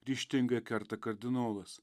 ryžtingai kerta kardinolas